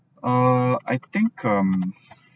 err I think um